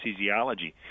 anesthesiology